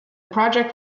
project